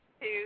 two